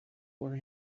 for